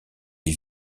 des